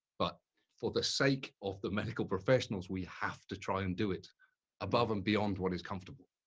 but for the sake of the medical professionals, we have to try and do it above and beyond what is comfortable.